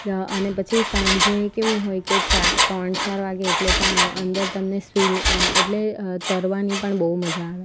અને પછી સાંજે કેવું હોય કે ચા તણ ચાર વાગે એટલે તા અંદર તમને સ્વિમ એટલે તરવાની પણ બહુ મજા આવે